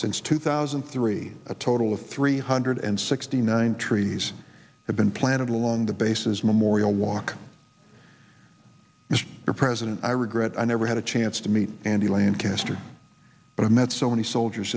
since two thousand and three a total of three hundred sixty nine trees have been planted along the bases memorial walk mr president i regret i never had a chance to meet andy lancaster but i've met so many soldiers